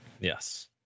Yes